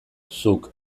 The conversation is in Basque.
zuk